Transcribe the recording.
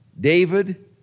David